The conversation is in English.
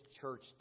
church